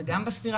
זה גם בספירה?